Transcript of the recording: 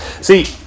See